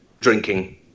Drinking